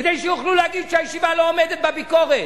כדי שיוכלו להגיד שהישיבה לא עומדת בביקורת.